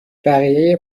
بقیه